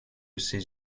ces